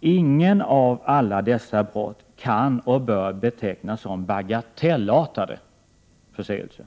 Inga av alla dessa brott kan och bör betecknas som bagatellartade förseelser.